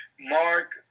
Mark